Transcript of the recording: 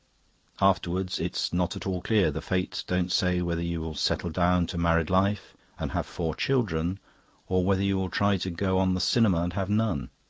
afterwards, it's not at all clear. the fates don't say whether you will settle down to married life and have four children or whether you will try to go on the cinema and have none.